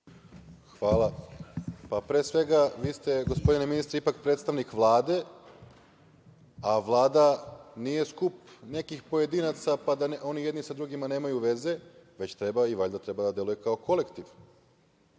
Hvala. Pre svega, vi ste, gospodine ministre, ipak predstavnik Vlade, a Vlada nije skup nekih pojedinaca, pa da oni jedni sa drugima nemaju veze, već treba i valjda treba da deluje kao kolektiv. Dakle,